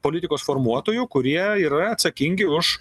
politikos formuotojų kurie yra atsakingi už